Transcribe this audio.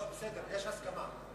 לא, יש הסכמה.